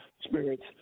spirits